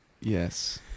yes